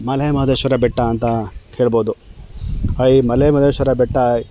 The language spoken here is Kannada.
ಮಲೆಮಾದೇಶ್ವರ ಬೆಟ್ಟ ಅಂತ ಕೇಳ್ಬೋದು ಹಾಗಾಗಿ ಮಲೆಮಹದೇಶ್ವರ ಬೆಟ್ಟ